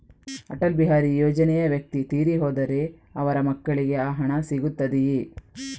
ಅಟಲ್ ಬಿಹಾರಿ ಯೋಜನೆಯ ವ್ಯಕ್ತಿ ತೀರಿ ಹೋದರೆ ಅವರ ಮಕ್ಕಳಿಗೆ ಆ ಹಣ ಸಿಗುತ್ತದೆಯೇ?